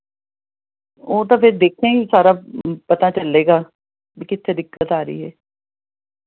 ਉਹ ਤਾਂ ਫਿਰ ਦੇਖਿਆ ਹੀ ਸਾਰਾ ਪਤਾ ਚੱਲੇਗਾ ਵੀ ਕਿੱਥੇ ਦਿੱਕਤ ਆ ਰਹੀ ਹੈ